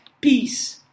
Peace